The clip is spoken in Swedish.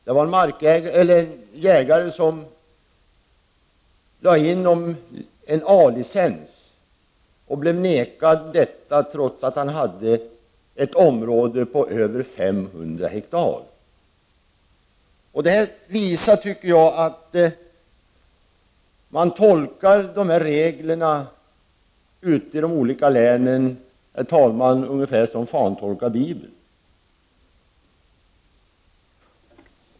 Herr talman! Först vill jag ge utskottet en eloge för att det nu föreslår att riksdagen skall hemställa till regeringen om en ändring i jaktlagen som undanröjer de oklarheter som föreligger när det gäller förutsättningarna för registrering av licensområde enligt jaktlagen. Detta hälsas naturligtvis med mycket stor tillfredsställelse av många tusen mindre markägare och marklösa jägare i vårt land. Jag skall ta ett exempel. En jägare lade in om en A-licens och blev nekad detta trots att han hade ett område på över 500 hektar. Det visar, tycker jag, att man tolkar reglerna i de olika länen ungefär som Fan tolkar Bibeln.